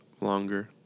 longer